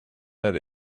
that